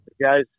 guys